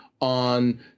on